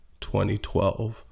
2012